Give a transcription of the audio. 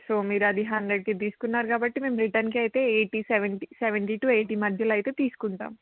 so మీరు అది హండ్రెడ్కి తీసుకున్నారు కాబట్టి మేము రిటర్న్కి అయితే eighty seventy seventy to eighty మధ్యలో అయితే తీసుకుంటాం